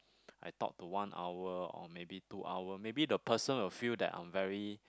I talk to one hour or maybe two hour maybe the person will feel that I'm very